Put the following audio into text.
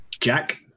Jack